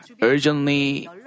urgently